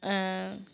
ஆ